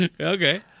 Okay